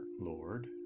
Lord